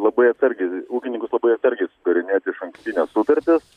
labai atsargiai ūkininkus labai atsargiai sudarinėti išankstines sutartis